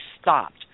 stopped